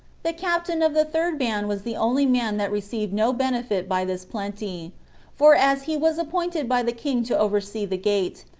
the captain of the third band was the only man that received no benefit by this plenty for as he was appointed by the king to oversee the gate,